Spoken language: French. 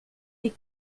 des